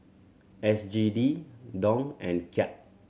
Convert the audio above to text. S G D Dong and Kyat